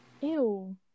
Ew